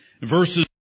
Verses